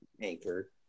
anchor